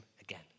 again